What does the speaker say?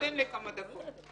תן לי כמה דקות.